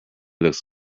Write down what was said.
looks